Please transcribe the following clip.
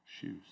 shoes